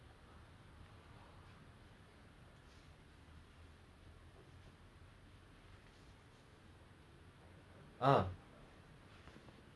like the rest is all like okay okay acquaintance but my other neighbours I'm very close to them because they are cantonese right and actually they came from indonesia